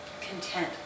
content